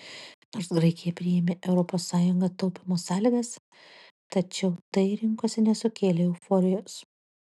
nors graikija priėmė europos sąjunga taupymo sąlygas tačiau tai rinkose nesukėlė euforijos